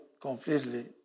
completely